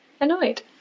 annoyed